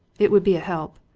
it would be a help.